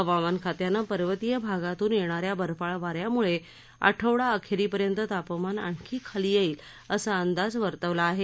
हवामान खात्यानं पर्वतीय भागातून येणार्या बर्फाळ वार्यामुळे आठवडा अखेरीपर्यंत तपमान आणखी खाली येईल असा अंदाज वर्तवला आहे